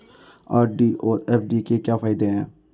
RD और FD के क्या फायदे हैं?